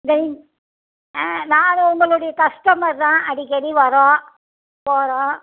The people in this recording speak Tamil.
ஜெயின் ஆ நான் உங்களுடைய கஸ்டமர் தான் அடிக்கடி வரோம் போகிறோம்